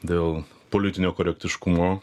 dėl politinio korektiškumo